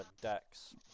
Decks